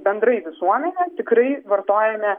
bendrai visuomenė tikrai vartojame